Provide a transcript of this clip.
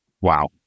Wow